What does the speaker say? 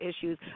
issues